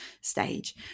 stage